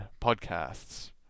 podcasts